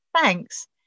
Thanks